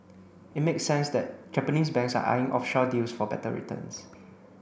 it makes sense that Japanese banks are eyeing offshore deals for better returns